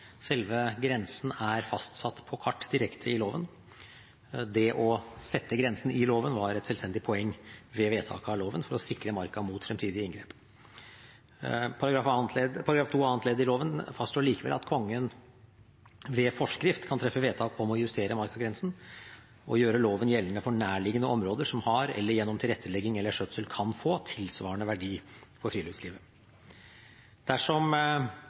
selve grensen er fastsatt på kart direkte i loven. Det å sette grensen i loven var et selvstendig poeng ved vedtaket av loven for å sikre marka mot fremtidige inngrep. § 2 annet ledd i loven fastslår likevel at Kongen ved forskrift kan treffe vedtak om å justere markagrensen og gjøre loven gjeldende for nærliggende områder som har, eller gjennom tilrettelegging eller skjøtsel kan få, tilsvarende verdi for friluftslivet. Dersom